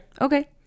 okay